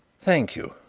thank you,